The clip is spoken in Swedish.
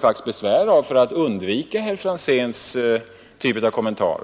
För att undvika herr Franzéns typ av kommentar